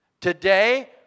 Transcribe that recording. Today